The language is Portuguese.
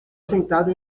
sentado